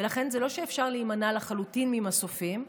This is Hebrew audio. ולכן זה לא שאפשר להימנע לחלוטין ממסופים.